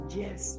yes